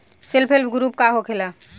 Self help group का होखेला?